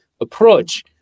approach